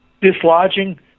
dislodging